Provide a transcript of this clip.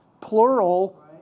plural